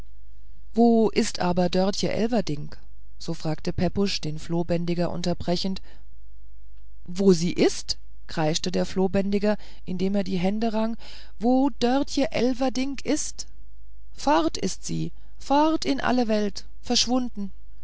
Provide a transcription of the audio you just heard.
wo ist aber dörtje elverdink so fragte pepusch den flohbändiger unterbrechend wo sie ist kreischte der flohbändiger indem er die hände rang wo dörtje elverdink ist fort ist sie fort in alle welt verschwunden